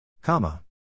Comma